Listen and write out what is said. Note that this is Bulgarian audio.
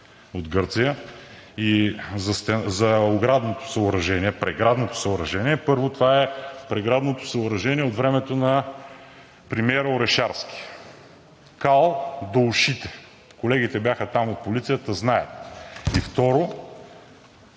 от Гърция? За преградното съоръжение – първо, това е преградното съоръжение от времето на премиера Орешарски. Кал до ушите! Колегите бяха там от полицията, знаят. Второ,